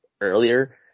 earlier